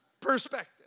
Perspective